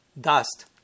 dust